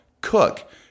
Cook